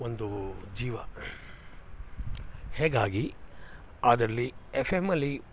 ಒಂದು ಜೀವ ಹೀಗಾಗಿ ಅದರಲ್ಲಿ ಎಫ್ ಎಮ್ಮಲ್ಲಿ